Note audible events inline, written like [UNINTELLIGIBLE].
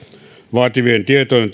vaadittavien tietojen [UNINTELLIGIBLE]